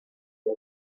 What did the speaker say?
too